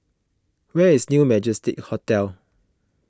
where is New Majestic Hotel